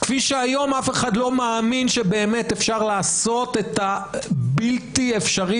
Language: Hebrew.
כפי שהיום אף אחד לא מאמין שבאמת אפשר לעשות את הבלתי אפשרי